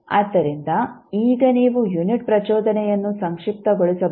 ಆದ್ದರಿಂದ ಈಗ ನೀವು ಯುನಿಟ್ ಪ್ರಚೋದನೆಯನ್ನು ಸಂಕ್ಷಿಪ್ತಗೊಳಿಸಬಹುದು